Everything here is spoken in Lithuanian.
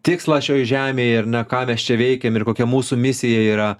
tikslas šioj žemėj ar ne ką mes čia veikiam ir kokia mūsų misija yra